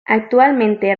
actualmente